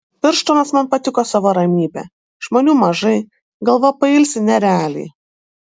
birštonas man patiko savo ramybe žmonių mažai galva pailsi nerealiai